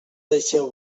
deixeu